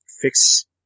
fix